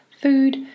food